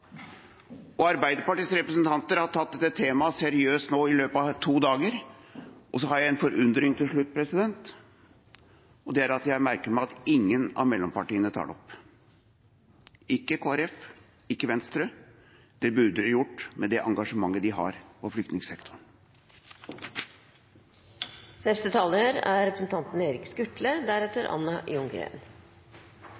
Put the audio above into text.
Arbeiderpartiets representanter har tatt dette temaet seriøst nå i løpet av to dager. Og så har jeg en forundring til slutt, og det er at jeg merker meg at ingen av mellompartiene tar det opp – ikke Kristelig Folkeparti, ikke Venstre. Det burde de gjort med det engasjementet de har for